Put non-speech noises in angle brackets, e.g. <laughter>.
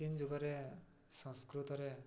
<unintelligible> ଯୁଗରେ ସଂସ୍କୃତରେ